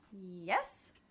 Yes